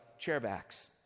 chairbacks